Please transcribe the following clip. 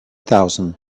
thousand